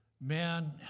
Man